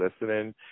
listening